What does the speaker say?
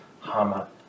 Hama